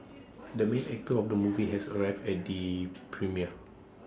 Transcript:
the main actor of the movie has arrived at the premiere